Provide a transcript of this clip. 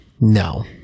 no